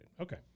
Okay